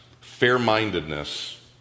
fair-mindedness